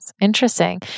Interesting